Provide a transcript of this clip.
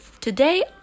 today